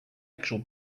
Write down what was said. actual